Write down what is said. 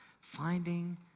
finding